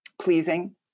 pleasing